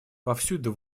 повсюду